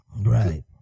Right